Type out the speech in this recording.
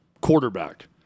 Quarterback